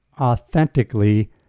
authentically